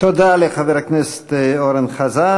תודה לחבר הכנסת אורן חזן.